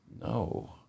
no